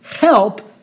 help